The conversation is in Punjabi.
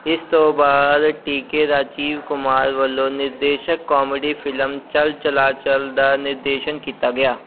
ਇਸ ਤੋਂ ਬਾਅਦ ਟੀ ਕੇ ਰਾਜੀਵ ਕੁਮਾਰ ਵੱਲੋਂ ਨਿਰਦੇਸ਼ਿਤ ਕਾਮੇਡੀ ਫਿਲਮ ਚੱਲ ਚਲਾ ਚੱਲ ਦਾ ਨਿਰਦੇਸ਼ਨ ਕੀਤਾ ਗਿਆ